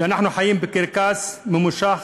שאנחנו חיים בקרקס ממושך,